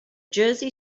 jersey